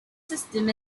system